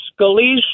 Scalise